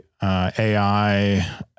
AI